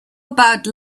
about